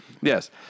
Yes